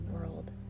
world